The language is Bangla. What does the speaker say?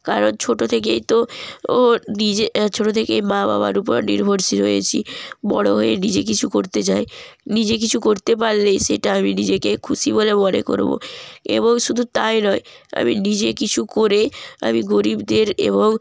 কারণ ছোটো থেকেই তো ও নিজের ছোটো থেকেই মা বাবার ওপর নির্ভরশীল হয়েছি বড়ো হয়ে নিজে কিছু করতে চাই নিজে কিছু করতে পারলেই সেটা আমি নিজেকে খুশি বলে মনে করবো এবং শুধু তাই নয় আমি নিজে কিছু করে আমি গরীবদের এবং